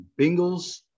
Bengals